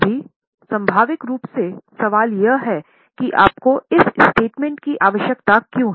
अभी स्वाभाविक रूप से सवाल यह है कि आपको इस स्टेटमेंट की आवश्यकता क्यों है